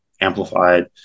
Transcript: amplified